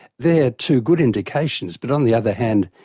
they're two good indications, but on the other hand,